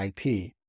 IP